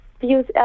views